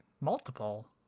Multiple